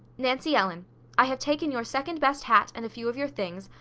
nancy ellen i have taken your second best hat and a few of your things,